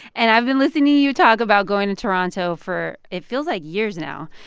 and i've been listening to you talk about going to toronto for it feels like years now.